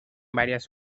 varias